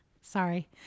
Sorry